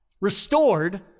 restored